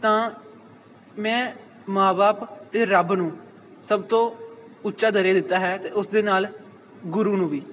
ਤਾਂ ਮੈਂ ਮਾਂ ਬਾਪ ਅਤੇ ਰੱਬ ਨੂੰ ਸਭ ਤੋਂ ਉੱਚਾ ਦਰਜਾ ਦਿੱਤਾ ਹੈ ਅਤੇ ਉਸ ਦੇ ਨਾਲ ਗੁਰੂ ਨੂੰ ਵੀ